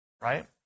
Right